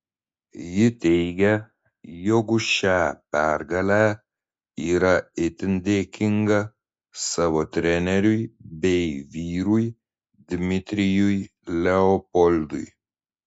ji teigia jog už šią pergalę yra itin dėkinga savo treneriui bei vyrui dmitrijui leopoldui